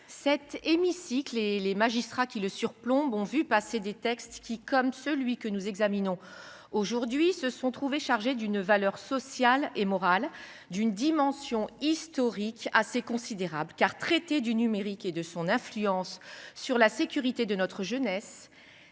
cet hémicycle et les magistrats qui le surplombent ont vu passer des textes qui, comme celui que nous examinons aujourd’hui, se sont trouvés chargés d’une valeur sociale et morale, d’une dimension historique assez considérable. Traiter du numérique et de son influence sur la sécurité de notre jeunesse,